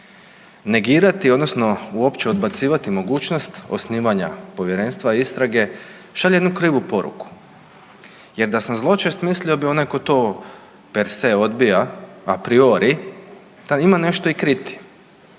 Negirati odnosno uopće odbacivati mogućnost osnivanja povjerenstva istrage šalje jednu krivu poruku, jer da sam zločest mislio bih da onaj tko perse odbija a priori taj ima nešto i kriti,